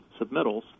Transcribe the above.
submittals